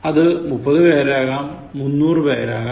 അത് മുപ്പതുപേരാകാം മുന്നൂറുപേരാകാം